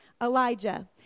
Elijah